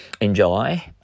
enjoy